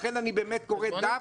זה היתרון --- לכן אני באמת קורא לך,